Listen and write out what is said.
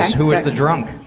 who's the drunk?